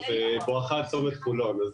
אבל זה בואך צומת חולון.